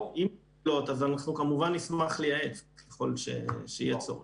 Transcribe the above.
אם הן יבואו, אנחנו נשמח לייעץ ככל שיהיה צורך.